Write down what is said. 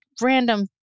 random